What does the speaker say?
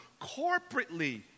Corporately